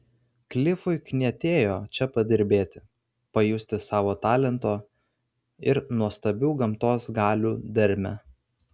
klifui knietėjo čia padirbėti pajusti savo talento ir nuostabių gamtos galių dermę